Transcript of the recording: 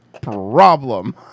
problem